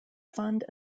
fund